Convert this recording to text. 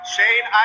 Shane